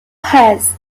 has